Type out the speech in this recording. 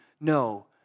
no